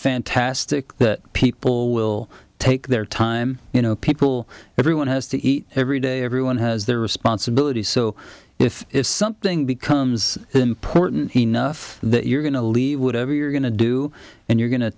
fantastic that people will take their time you know people everyone has to eat every day everyone has their responsibility so if if something becomes important enough that you're going to leave would have or you're going to do and you're going to